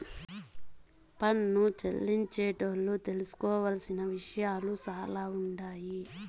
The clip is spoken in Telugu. పన్ను చెల్లించేటోళ్లు తెలుసుకోవలసిన విషయాలు సాలా ఉండాయి